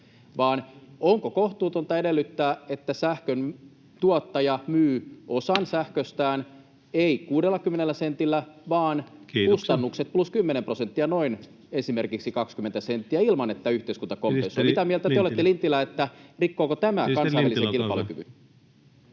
Olisiko kohtuutonta edellyttää, että sähkön tuottaja myy osan sähköstään ei 60 sentillä [Puhemies: Kiitoksia!] vaan kustannukset plus noin kymmenen prosenttia, esimerkiksi 20 senttiä, ilman että yhteiskunta kompensoi? Mitä mieltä te olette, Lintilä, rikkooko tämä kansainvälisen kilpailukyvyn?